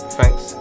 Thanks